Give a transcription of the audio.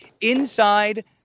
inside